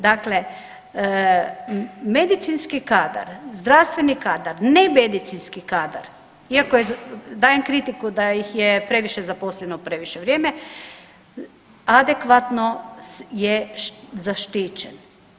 Dakle medicinski kadar, zdravstveni kadar, nemedicinski kadar iako je, dajem kritiku da ih je previše zaposleno previše vrijeme, adekvatno je zaštićen.